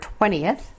20th